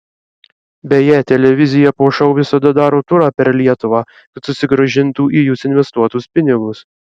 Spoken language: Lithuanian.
beje televizija po šou visada daro turą per lietuvą kad susigrąžintų į jus investuotus pinigus